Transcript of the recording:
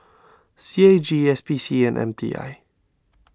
C A G S P C and M T I